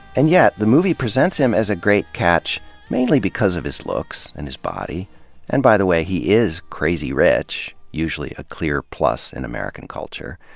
and yet the movie presents him as a great catch mainly because of his looks, and his body and by the way, he is crazy rich, usually a clear plus in american culture.